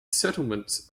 settlements